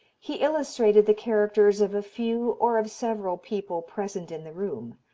he illustrated the characters of a few or of several people present in the room,